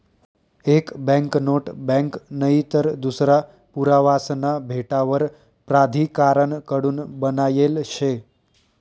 एक banknote bank नईतर दूसरा पुरावासना भेटावर प्राधिकारण कडून बनायेल शे